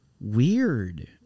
Weird